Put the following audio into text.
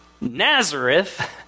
Nazareth